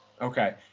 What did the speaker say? Okay